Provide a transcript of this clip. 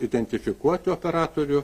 identifikuoti operatorių